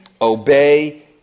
obey